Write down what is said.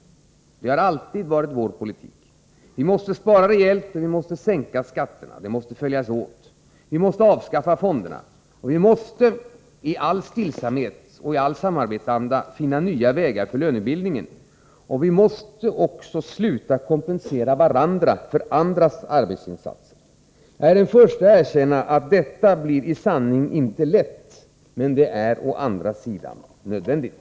Det haraalltid varit vår politik. Vi måste spara rejält, och vi måste sänka skatterna. Dessa måste följas åt. Vi måste avskaffa fonderna, och vi måste i all stillsamhet och i all samarbetsanda finna nya väger för lönebildningen. Vi måste sluta kompensera varandra för andras arbetsinsatser. Jag är den första att erkänna att detta i sanning inte blir lätt, men det är å andra sidan nödvändigt.